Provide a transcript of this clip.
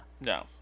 No